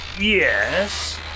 Yes